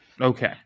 Okay